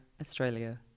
Australia